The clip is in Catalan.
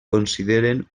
consideren